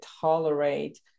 tolerate